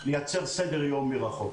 לייצר סדר יום מרחוק.